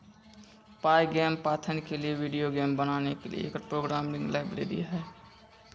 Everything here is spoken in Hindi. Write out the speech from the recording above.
पायगेम पाइथन के लिए वीडियो गेम बनाने की एक प्रोग्रामिंग लाइब्रेरी है